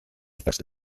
affects